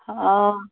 অঁ